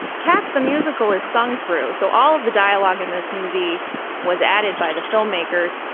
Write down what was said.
cats, the musical is sung through. so all of the dialogue in this movie was added by the filmmakers.